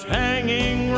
hanging